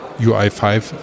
UI5